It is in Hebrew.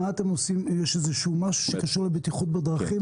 האם יש משהו שקשור לבטיחות בדרכים?